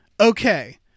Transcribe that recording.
Okay